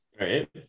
Right